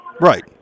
Right